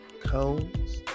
cones